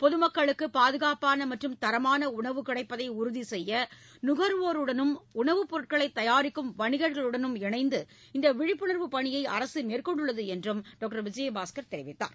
பொது மக்களுக்கு பாதுகாப்பான மற்றும் தரமான உணவு கிடைப்பதை உறுதி செய்ய நுகர்வோருடனும் உணவு பொருட்களை தயாரிக்கும் வணிகர்களுடனும் இணைந்து இந்த விழிப்புணர்வு பணியை அரசு மேற்கொண்டுள்ளது என்றும் டாக்டர் விஜயபாஸ்கர் தெரிவித்தார்